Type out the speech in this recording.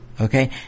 Okay